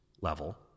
level